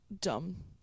dumb